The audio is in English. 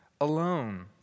alone